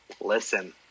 Listen